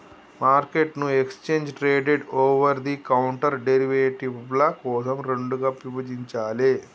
మార్కెట్ను exchange traded, over the counter డెరివేటివ్ల కోసం రెండుగా విభజించాలే